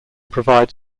provide